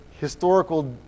historical